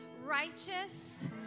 righteous